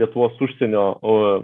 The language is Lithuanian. lietuvos užsienio o